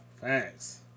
Facts